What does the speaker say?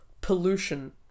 pollution